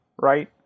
Right